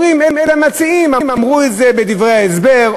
אלא המציעים אמרו את זה בדברי ההסבר,